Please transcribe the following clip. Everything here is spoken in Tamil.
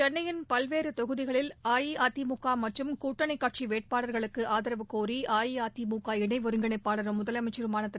சென்னையின் பல்வேறு தொகுதிகளில் அஇஅதிமுக மற்றும் கூட்டணிக்கட்சி வேட்பாளா்களுக்கு ஆதரவுக்கோரி அஇஅதிமுக இணை ஒருங்கிணைப்பாளரும் முதலமைச்சருமான திரு